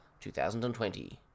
2020